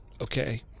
Okay